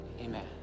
Amen